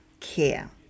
care